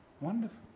Wonderful